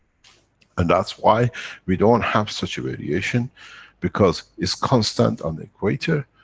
and that's why we don't have such a variation because is constant on the equator,